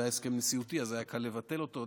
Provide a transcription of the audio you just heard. זה היה הסכם נשיאותי אז היה קל לבטל אותו,